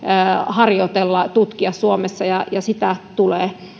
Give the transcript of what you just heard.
harjoitella tutkia suomessa ja sitä tulee